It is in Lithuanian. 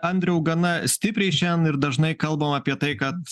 andriau gana stipriai šiandien ir dažnai kalbam apie tai kad